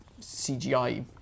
CGI